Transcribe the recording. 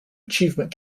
achievement